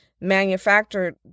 manufactured